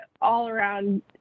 all-around